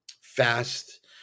fast